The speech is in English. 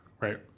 Right